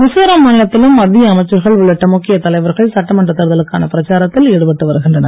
மிசோரம் மாநிலத்திலும் மத்திய அமைச்சர்கள் உள்ளிட்ட முக்கிய தலைவர்கள் சட்டமன்ற தேர்தலுக்கான பிரச்சாரத்தில் ஈடுபட்டு வருகின்றனர்